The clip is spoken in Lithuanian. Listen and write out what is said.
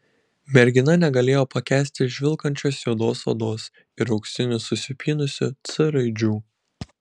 mergina negalėjo pakęsti žvilgančios juodos odos ir auksinių susipynusių c raidžių